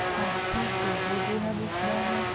ਹਾਥੀ ਕਿਹੋ ਜਿਹਾ ਦਿਸਦਾ ਹੈ